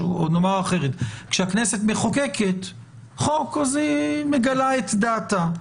כשהכנסת מחוקקת חוק אז היא מגלה את דעתה.